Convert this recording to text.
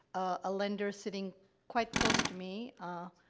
a lender sitting quite close to me, ah,